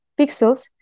pixels